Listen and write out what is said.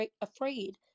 afraid